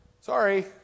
Sorry